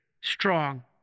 strong